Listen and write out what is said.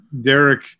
Derek